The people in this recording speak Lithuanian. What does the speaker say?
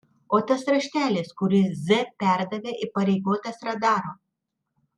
o tas raštelis kurį z perdavė įpareigotas radaro